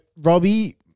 Robbie